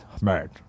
mad